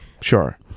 Sure